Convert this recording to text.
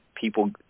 People